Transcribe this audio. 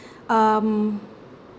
um